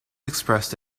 expressed